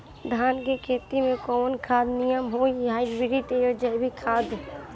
धान के खेती में कवन खाद नीमन होई हाइब्रिड या जैविक खाद?